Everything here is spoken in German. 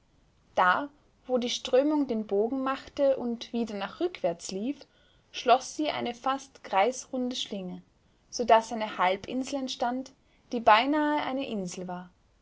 da wo die strömung den bogen machte und wieder nach rückwärts lief schloß sie eine fast kreisrunde schlinge so daß eine halbinsel entstand die beinahe eine insel war